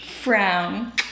frown